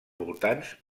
voltants